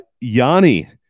Yanni